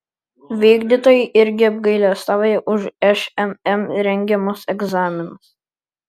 vykdytojai irgi apgailestauja už šmm rengiamus egzaminus